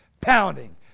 pounding